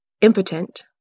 impotent